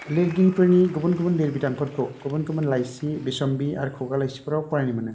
लिरगिरिफोरनि गुबुन गुबुन लिरबिदांफोरखौ गुबुन गुबुन लाइसि बिसम्बि आरो खुगा लाइसिफ्राव फरायनो मोनो